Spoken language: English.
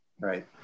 Right